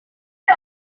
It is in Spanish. con